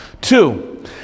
Two